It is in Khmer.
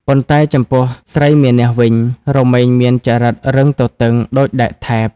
ប៉ុន្តែចំពោះស្រីមានះវិញ រមែងមានចរិតរឹងទទឹងដូចដែកថែប។